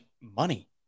money